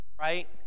right